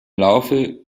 laufe